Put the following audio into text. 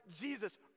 Jesus